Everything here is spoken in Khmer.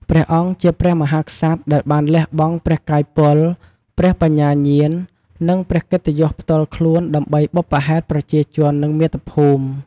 ព្រះអង្គជាព្រះមហាក្សត្រដែលបានលះបង់ព្រះកាយពល ព្រះបញ្ញាញាណ និងព្រះកិត្តិយសផ្ទាល់ខ្លួន ដើម្បីបុព្វហេតុប្រជាជន និងមាតុភូមិ។